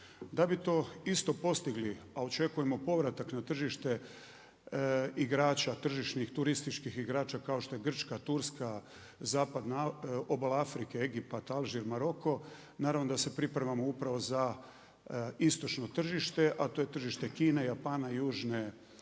Da bi to isto postigli, a očekujemo povratak na tržište igrača, tržišnih turističkih igrača kao što je Grčka, Turska, Zapadna obala Afrike, Egipat, Alžir, Maroko naravno da se pripremamo upravo za istočno tržište, a to je tržište Kine, Japana, Južne